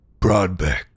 Broadbeck